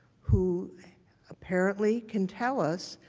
who apparently can tell us,